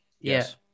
yes